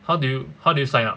how do you how do you sign up